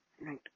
right